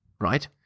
right